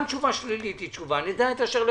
גם תשובה שלילית היא תשובה ונדע את אשר לפנינו.